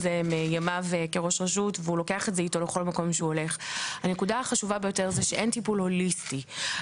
זה מימיו כראש רשות זה שאין טיפול הוליסטי.